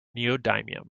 neodymium